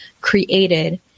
created